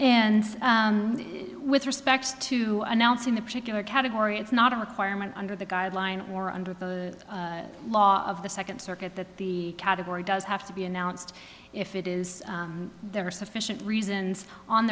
and with respect to announcing a particular category it's not a requirement under the guideline or under the law of the second circuit that the category does have to be announced if it is there are sufficient reasons on